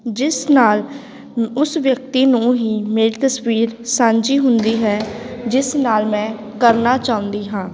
ਜਿਸ ਨਾਲ ਉਸ ਵਿਅਕਤੀ ਨੂੰ ਹੀ ਮੇਰੀ ਤਸਵੀਰ ਸਾਂਝੀ ਹੁੰਦੀ ਹੈ ਜਿਸ ਨਾਲ ਮੈਂ ਕਰਨਾ ਚਾਹੁੰਦੀ ਹਾਂ